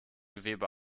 gewebe